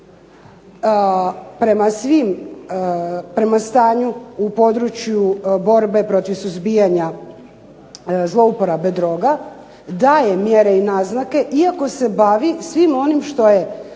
prema stanju u području borbe protiv suzbijanja zlouporabe droga, daje mjere i naznake iako se bavi svim onim što je